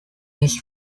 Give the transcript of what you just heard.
his